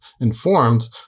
informed